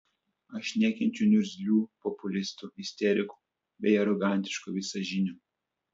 aš nekenčiu niurzglių populistų isterikų bei arogantiškų visažinių